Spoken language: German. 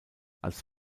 als